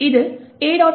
இது a